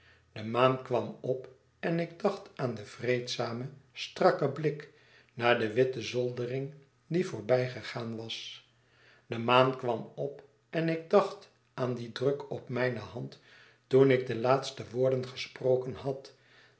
de maan kwam op en ik dacht aan den vreedzamen strakken blik naar de witte zoldering die voorbijgegaan was de maan kwam op enik dacht aan dien druk op mijne hand toen ik de laatste woorden gesproken had